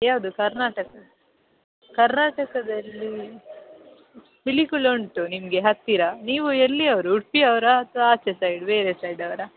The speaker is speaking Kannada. ಯಾವುದು ಕರ್ನಾಟಕ ಕರ್ನಾಟಕದಲ್ಲಿ ಪಿಲಿಕುಳ ಉಂಟು ನಿಮಗೆ ಹತ್ತಿರ ನೀವು ಎಲ್ಲಿಯವರು ಉಡುಪಿಯವ್ರಾ ಅಥವಾ ಆಚೆ ಸೈಡ್ ಬೇರೆ ಸೈಡ್ ಅವರಾ